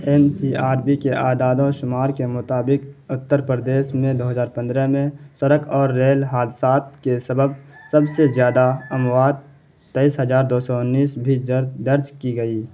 N C R B کے اعداد و شمار کے مطابق اتّر پردیش میں دو ہزار پندرہ میں سڑک اور ریل حادثات کے سبب سب سے زیادہ اموات تیئیس ہزار دو سو انیس بھی درج کی گئی